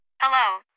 Hello